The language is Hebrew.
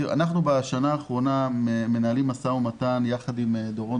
אנחנו בשנה האחרונה מנהלים משא ומתן יחד עם דורון